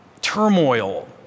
turmoil